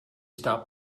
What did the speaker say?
stop